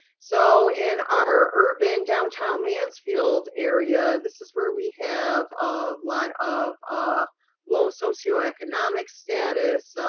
so in our urban downtown mansfield area, this is where we have a lot of ah low socioeconomic status,